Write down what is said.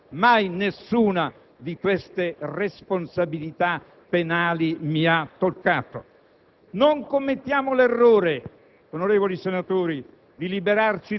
spaccio e consumo di cocaina. Mai nessuna di queste responsabilità penali mi ha toccato. Non commettiamo l'errore,